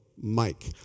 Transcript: Mike